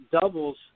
doubles